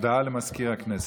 הודעה למזכיר הכנסת.